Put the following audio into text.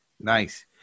Nice